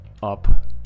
up